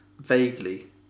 Vaguely